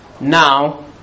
now